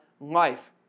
life